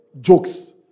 jokes